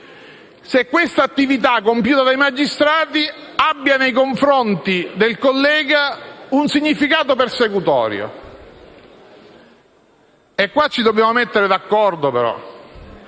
se l'attività compiuta dai magistrati abbia nei confronti del collega un significato persecutorio. Ma ci dobbiamo mettere d'accordo. Se